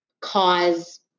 cause